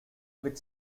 which